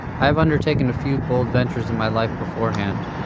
i have undertaken a few bold ventures in my life beforehand.